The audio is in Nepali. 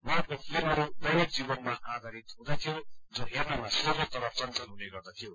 उहाँको फिल्महरू दैनिक जीवनमा आधारित हुँदथ्यो जो हेर्नमा सोझो तर चंचल हुने गर्दथ्यो